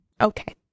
Okay